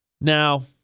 Now